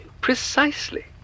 Precisely